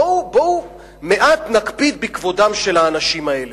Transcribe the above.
בואו מעט נקפיד בכבודם של האנשים האלה.